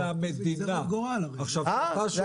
אם היה